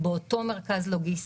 באותו מרכז לוגיסטי.